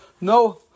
no